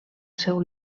seu